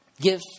Give